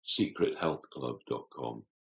secrethealthclub.com